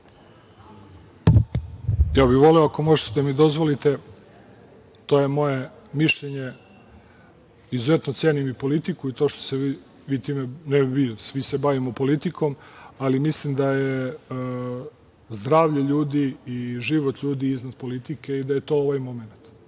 bih ako možete da mi dozvolite, to je moje mišljenje, izuzetno cenim i politiku i to što se vi time, ne vi, svi se bavimo politikom, ali mislim da je zdravlje ljudi i život ljudi iznad politike i da je to ovaj momenat.